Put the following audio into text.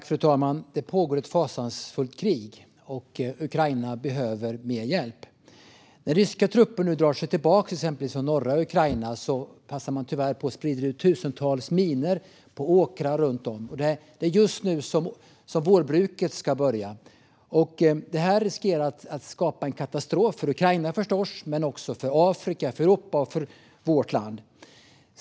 Fru talman! Det pågår ett fasansfullt krig, och Ukraina behöver mer hjälp. När ryska trupper nu drar sig tillbaka från exempelvis norra Ukraina passar de tyvärr på att sprida ut tusentals minor på åkrar runt om, just som vårbruket ska börja. Detta riskerar att bli en katastrof för Ukraina men också för Afrika, Europa och vårt land.